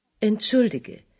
Entschuldige